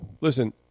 listen